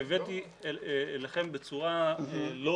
אני הבאתי אליכם בצורה לא